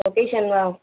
லொக்கேஷன்னா